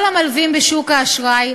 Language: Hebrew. כל המלווים בשוק האשראי,